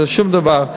זה שום דבר,